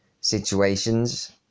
situations